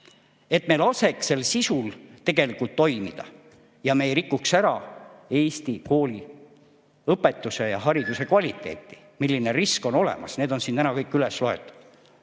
et me laseks sel sisul tegelikult toimida ega rikuks ära Eesti kooliõpetuse ja hariduse kvaliteeti. Need riskid on olemas, need on siin täna kõik üles loetud.